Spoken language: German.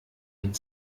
ein